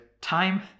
time